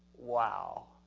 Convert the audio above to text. wow!